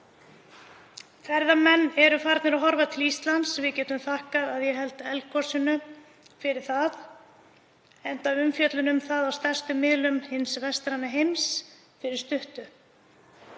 Ferðamenn eru farnir að horfa til Íslands. Við getum þakkað, að ég held, eldgosinu fyrir það, enda var umfjöllun um það á stærstu miðlum hins vestræna heims fyrir stuttu.